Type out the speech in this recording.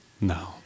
No